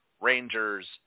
Rangers